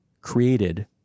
created